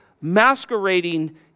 masquerading